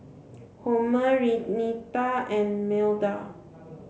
Homer Renita and Milda